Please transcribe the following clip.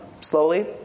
slowly